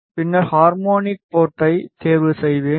பின்னர் ஹார்மோனிக் போர்ட்டை தேர்வு செய்வேன்